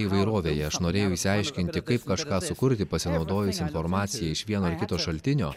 įvairovėje aš norėjau išsiaiškinti kaip kažką sukurti pasinaudojus informacija iš vieno ar kito šaltinio